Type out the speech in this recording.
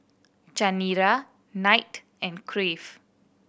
Chanira Knight and Crave